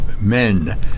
men